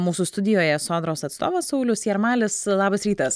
mūsų studijoje sodros atstovas saulius jarmalis labas rytas